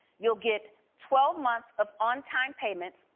you'll get twelve months of on time payments,